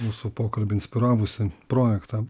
mūsų pokalbį inspiravusį projektą